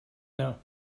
know